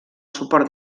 suport